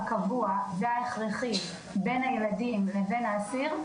הקבוע וההכרחי בין הילדים לבין האסיר,